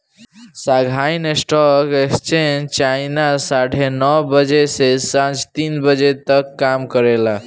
Shanghai stock exchange China साढ़े नौ बजे से सांझ तीन बजे तक काम करेला